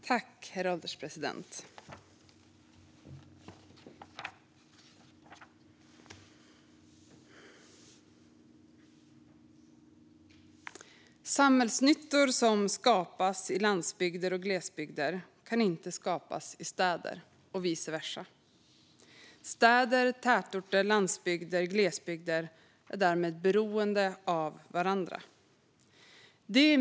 Herr ålderspresident! Samhällsnyttor som skapas i landsbygder och glesbygder kan inte skapas i städer och vice versa. Städer, tätorter, landsbygder och glesbygder är därmed beroende av varandra.